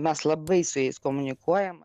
mes labai su jais komunikuojam